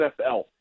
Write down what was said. NFL